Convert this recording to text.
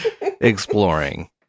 exploring